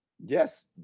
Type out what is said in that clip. Yes